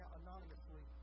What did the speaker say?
anonymously